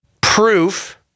proof